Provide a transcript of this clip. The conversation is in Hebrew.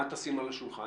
מה תשים על השולחן?